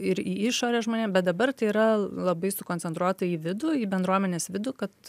ir į išorę žmonėm bet dabar tai yra labai sukoncentruota į vidų į bendruomenės vidų kad